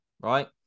right